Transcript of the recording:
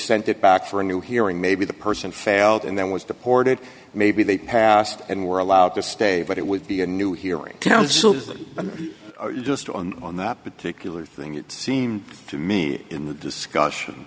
sent it back for a new hearing maybe the person failed and then was deported maybe they passed and were allowed to stay but it would be a new hearing council and just on that particular thing it seemed to me in the discussion